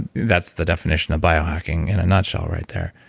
that's the definition of biohacking in a nutshell right there.